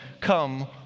come